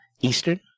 Eastern